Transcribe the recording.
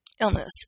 illness